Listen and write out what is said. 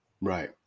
Right